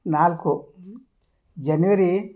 ನಾಲ್ಕು ಜನ್ವರಿ